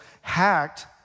hacked